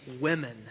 women